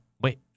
Wait